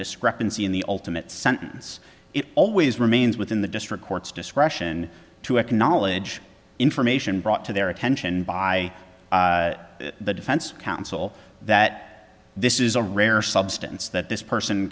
discrepancy in the ultimate sentence it always remains within the district court's discretion to acknowledge information brought to their attention by the defense counsel that this is a rare substance that this person